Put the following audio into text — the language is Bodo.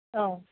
औ